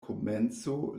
komenco